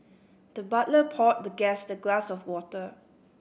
the butler poured the guest the glass of water